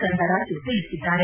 ಕರುಣರಾಜು ತಿಳಿಸಿದ್ದಾರೆ